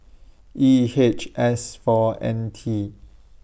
E H S four N T